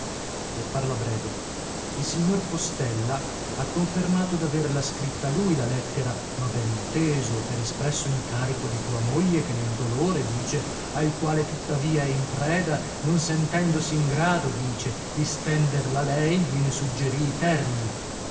per farla breve il signor postella ha confermato d'averla scritta lui la lettera ma beninteso per espresso incarico di tua moglie che nel dolore dice al quale tuttavia è in preda non sentendosi in grado dice di stenderla lei gliene suggerì i termini